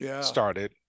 started